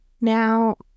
Now